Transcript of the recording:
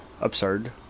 absurd